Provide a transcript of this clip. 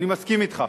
אני מסכים אתך.